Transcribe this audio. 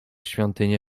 świątynię